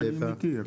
אני מכיר.